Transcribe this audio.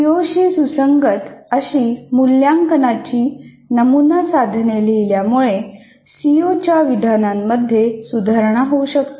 CO शी सुसंगत अशी मूल्यांकनाची नमुना साधने लिहिल्यामुळे सी ओ च्या विधानांमध्ये सुधारणा होऊ शकते